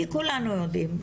כי כולנו יודעים,